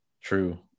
true